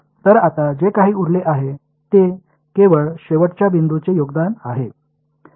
तर आता जे काही उरले आहे ते केवळ शेवटच्या बिंदूचे योगदान आहे